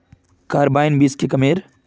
Carbine बीस की कमेर?